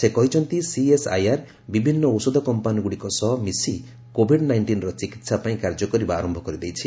ସେ କହିଛନ୍ତି ସିଏସ୍ଆଇଆର୍ ବିଭିନ୍ନ ଔଷଧ କମ୍ପାନୀଗୁଡ଼ିକ ସହ ମିଶି କୋଭିଡ୍ ନାଇଷ୍ଟିନ୍ର ଚିକିତ୍ସା ପାଇଁ କାର୍ଯ୍ୟ କରିବା ଆରମ୍ଭ କରିଦେଇଛି